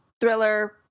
thriller